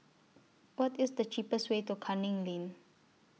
What IS The cheapest Way to Canning Lane